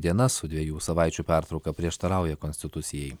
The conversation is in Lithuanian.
dienas su dviejų savaičių pertrauka prieštarauja konstitucijai